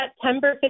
September